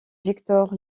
victor